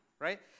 right